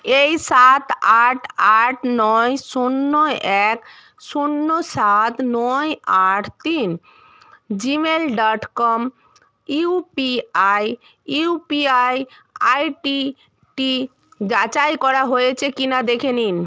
এই সাত আট আট নয় শূন্য এক শূন্য সাত নয় আট তিন Gmail dot com U P I U P I I T T যাচাই করা হয়েচে কি না দেখে নিন